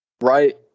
Right